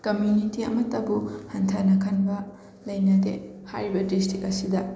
community ꯑꯃꯠꯇꯕꯨ ꯍꯟꯊꯅ ꯈꯟꯕ ꯂꯩꯅꯗꯦ ꯍꯥꯏꯔꯤꯕ ꯗꯤꯁꯇ꯭ꯔꯤꯛ ꯑꯁꯤꯗ